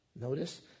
Notice